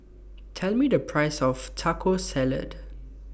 Tell Me The Price of Taco Salad